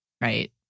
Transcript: Right